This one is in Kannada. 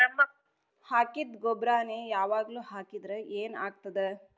ಹಾಕಿದ್ದ ಗೊಬ್ಬರಾನೆ ಯಾವಾಗ್ಲೂ ಹಾಕಿದ್ರ ಏನ್ ಆಗ್ತದ?